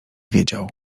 wiedział